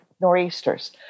Nor'easters